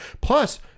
plus